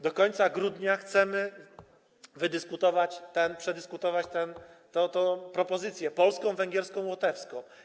Do końca grudnia chcemy wydyskutować, przedyskutować te propozycje: polską, węgierską, łotewską.